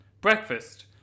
Breakfast